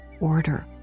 order